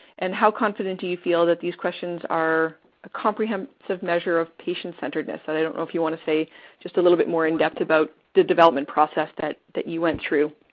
and how confident do you feel that these questions are a comprehensive measure of patient-centeredness? i don't know if you want to say just a little bit more in depth about the development process that that you went through.